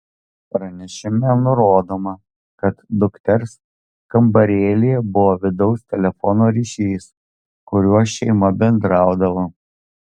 pranešime nurodoma kad dukters kambarėlyje buvo vidaus telefono ryšys kuriuo šeima bendraudavo